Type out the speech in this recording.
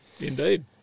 Indeed